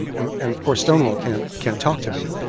and and of course, stonewall can't can't talk to me